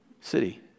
city